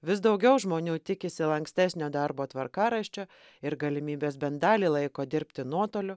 vis daugiau žmonių tikisi lankstesnio darbo tvarkaraščio ir galimybės bent dalį laiko dirbti nuotoliu